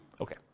Okay